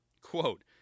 Quote